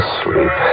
sleep